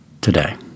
today